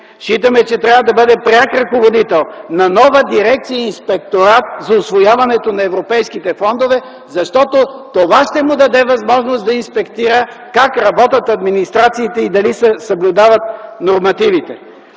Считаме, че трябва да бъде пряк ръководител на нова дирекция „Инспекторат за усвояване на европейските фондове”, защото това ще му даде възможност да инспектира как работят администрациите и дали съблюдават нормативите.